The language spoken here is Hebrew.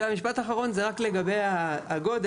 משפט אחרון זה רק לגבי הגודל.